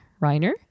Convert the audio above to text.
reiner